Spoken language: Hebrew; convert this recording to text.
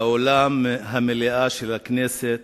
באולם המליאה של הכנסת